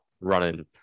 running